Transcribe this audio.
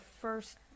first